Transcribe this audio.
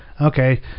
okay